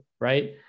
Right